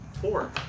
four